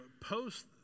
post